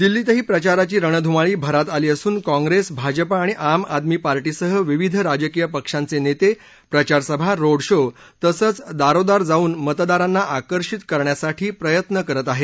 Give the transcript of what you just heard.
दिल्लीतही प्रचाराची रणधुमाळी भरात आली असून काँग्रेस भाजपा आणि आम आदमी पार्टीसह विविध राजकीय पक्षांचे नेते प्रचारसभा रोड शो तसंच दारोदार जाऊन मतदारांना आकर्षित करण्यासाठी प्रयत्न करत आहेत